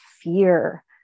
fear